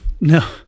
No